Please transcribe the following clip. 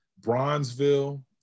Bronzeville